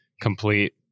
complete